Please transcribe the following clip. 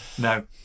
No